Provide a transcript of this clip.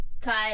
Cut